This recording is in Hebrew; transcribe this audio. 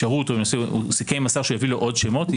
אפשרות ולמעשה הוא סיכם עם השר שהוא יביא לו עוד שמות,